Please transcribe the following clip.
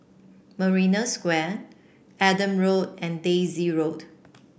Marina Square Adam Road and Daisy Road